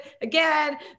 again